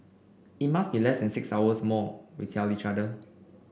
it must be less than six hours more we tell each other